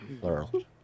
Plural